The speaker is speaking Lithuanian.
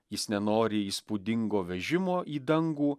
jis nenori įspūdingo vežimo į dangų